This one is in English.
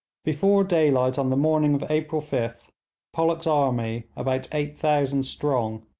before daylight on the morning of april fifth pollock's army about eight thousand strong,